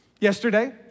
Yesterday